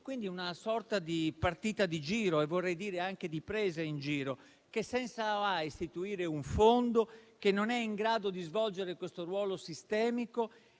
quindi, una sorta di partita di giro e vorrei dire anche di presa in giro. Che senso ha istituire un fondo che non è in grado di svolgere questo ruolo sistemico